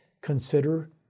Consider